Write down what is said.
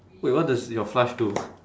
wait what does your flush do